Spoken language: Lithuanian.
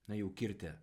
na jau kirtę